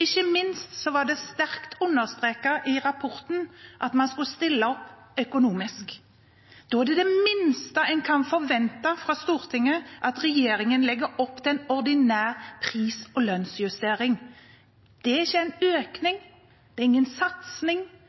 Ikke minst ble det sterkt understreket i rapporten at man skulle stille opp økonomisk. Da er det minste Stortinget kan forvente at regjeringen legger opp til en ordinær pris- og lønnsjustering. Det er ikke en økning. Det er ingen